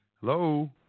Hello